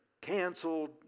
canceled